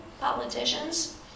politicians